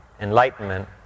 enlightenment